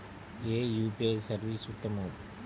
ఏ UPI service ఉత్తమము?